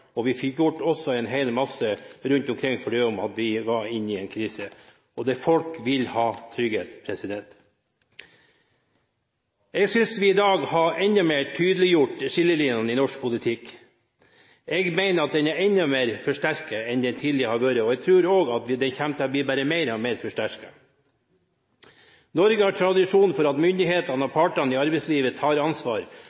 og vi fikk også gjort en hel masse rundt omkring selv om vi var inne i en krise. Folk vil ha trygghet. Jeg synes vi i dag har tydeliggjort skillelinjen i norsk politikk enda mer. Jeg mener at den er enda mer forsterket enn den har vært tidligere, og jeg tror også at den kommer til å bli bare mer og mer forsterket. Norge har tradisjon for at myndighetene og